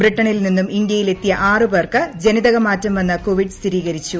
ബ്രിട്ടനിൽ നിന്നും ഇന്ത്യയിലെത്തിയ ആറു പേർക്കു ജനിതകമാറ്റം വന്ന കോവിഡ് സ്ഥിരീകരിച്ചു